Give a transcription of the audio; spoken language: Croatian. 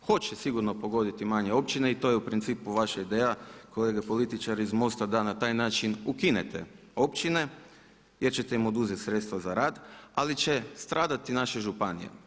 Hoće sigurno pogoditi manje općine i to je u principu vaša ideja kolege političari iz MOST-a da na taj način ukinete općine jer ćete im oduzeti sredstva za rad, ali će stradati naše županije.